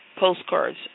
Postcards